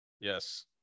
Yes